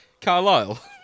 Carlisle